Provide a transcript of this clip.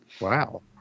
Wow